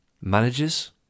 managers